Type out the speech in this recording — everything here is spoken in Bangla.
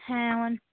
হ্যাঁ ও